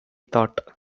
thought